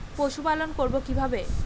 পশুপালন করব কিভাবে?